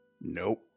Nope